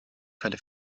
quelle